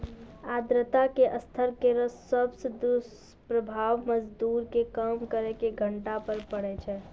आर्द्रता के स्तर केरो सबसॅ दुस्प्रभाव मजदूर के काम करे के घंटा पर पड़ै छै